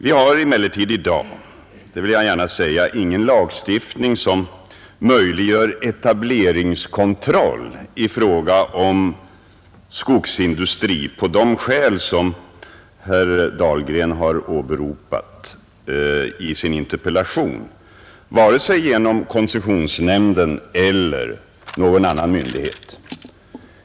Vi har emellertid i dag — det vill jag gärna säga — ingen lagstiftning som möjliggör etableringskontroll i fråga om skogsindustri på de skäl som herr Dahlgren har åberopat i sin interpellation, vare sig genom koncessionsnämnden eller genom någon annan myndighet.